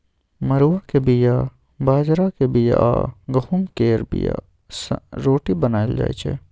मरुआक बीया, बजराक बीया आ गहुँम केर बीया सँ रोटी बनाएल जाइ छै